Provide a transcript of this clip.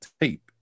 tape